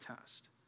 test